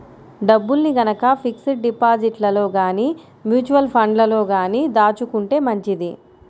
డబ్బుల్ని గనక ఫిక్స్డ్ డిపాజిట్లలో గానీ, మ్యూచువల్ ఫండ్లలో గానీ దాచుకుంటే మంచిది